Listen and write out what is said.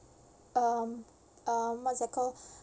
um um what's that call